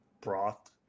broth